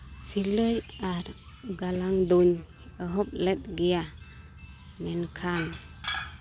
ᱥᱤᱞᱟᱹᱭ ᱟᱨ ᱜᱟᱞᱟᱝ ᱫᱚᱧ ᱮᱦᱚᱵ ᱞᱮᱫ ᱜᱮᱭᱟ ᱢᱮᱱᱠᱷᱟᱱ